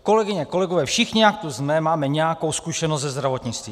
Kolegyně, kolegové, všichni, jak tu jsme, máme nějakou zkušenost se zdravotnictvím.